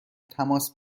تماس